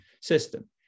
system